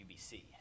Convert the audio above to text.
UBC